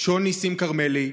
ניסים שון כרמלי,